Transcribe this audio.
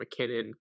McKinnon